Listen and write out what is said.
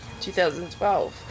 2012